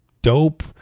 Dope